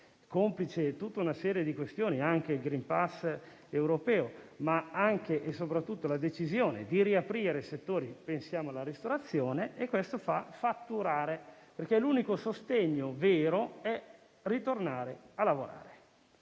complici tutta una serie di questioni tra cui il *green pass* europeo, ma anche e soprattutto la decisione di riaprire dei settori come quello della ristorazione: questo fa fatturare. L'unico sostegno vero è tornare a lavorare;